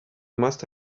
must